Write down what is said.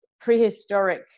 prehistoric